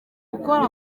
gukora